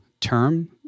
term